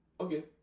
okay